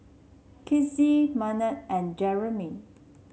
Kizzy Maynard and Jereme